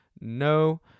No